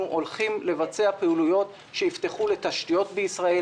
אנחנו הולכים לבצע פעילויות שיפתחו לתשתיות בישראל,